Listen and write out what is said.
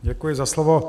Děkuji za slovo.